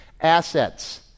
assets